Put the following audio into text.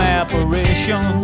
apparition